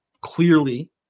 Clearly